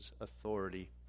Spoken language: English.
authority